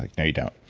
like no you don't.